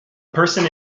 person